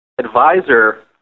advisor